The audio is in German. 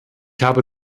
habe